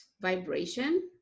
vibration